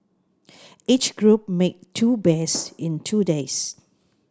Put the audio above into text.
each group made two bears in two days